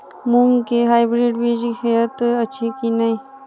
मूँग केँ हाइब्रिड बीज हएत अछि की नै?